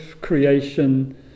creation